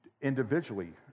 individually